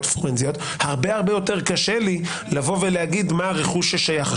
הרבה יותר קשה לי לומר מה הרכוש ששייך.